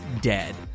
dead